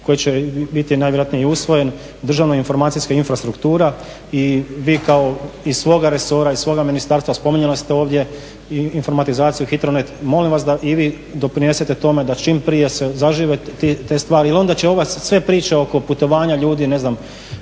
koji će biti najvjerojatnije i usvojen državna informacijska infrastruktura i vi kao iz svoga resora, iz svoga ministarstva spominjali ste ovdje informatizaciju HITROnet. Molim vas da i vi doprinesete tome da čim prije se zažive te stvari, jer onda će ove sve priče oko putovanja ljudi, ne znam